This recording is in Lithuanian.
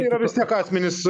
yra vis tiek akmenys